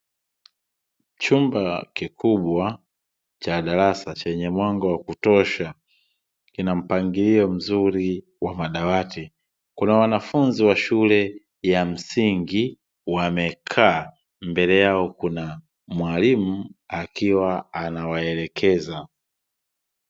Chumba kikubwa cha darasa chenye mwanga wa kutosha, kina mpangilio mzuri wa madawati, kuna wanafunzi wa shule ya msingi wamekaa, mbele yao kuna mwalimu akiwa anawaelekeza.